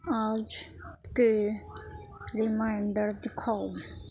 آج کے رمائینڈر دکھاؤ